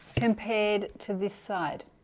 and paid to this side